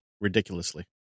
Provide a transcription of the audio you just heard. Ridiculously